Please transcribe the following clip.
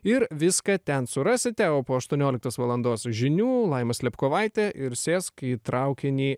ir viską ten surasite o po aštuonioliktos valandos žinių laima slėpkovaitė ir sėsk į traukinį